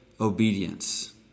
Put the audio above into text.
obedience